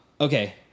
okay